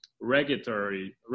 regulatory